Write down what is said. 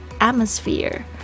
Atmosphere